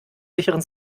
sicheren